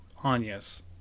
Anyas